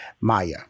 Maya